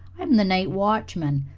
i'm the night watchman.